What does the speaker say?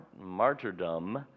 martyrdom